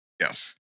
Yes